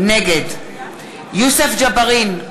נגד יוסף ג'בארין,